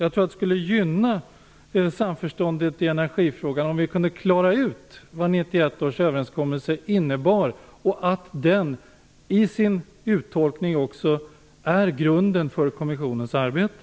Jag tror att det skulle gynna samförståndet i energifrågan om vi kunde klara ut vad 1991 års överenskommelse innebär och att den i sin uttolkning också är grunden för kommissionens arbete.